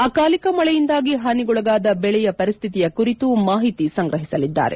ಅಕಾಲಿಕ ಮಳೆಯಿಂದಾಗಿ ಹಾನಿಗೊಳಗಾದ ಬೆಳೆಯ ಪರಿಸ್ಥಿತಿಯ ಕುರಿತು ಮಾಹಿತಿ ಸಂಗ್ರಹಿಸಲಿದ್ದಾರೆ